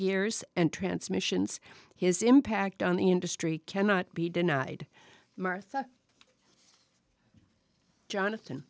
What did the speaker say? gears and transmissions his impact on the industry cannot be denied martha jonathan